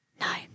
No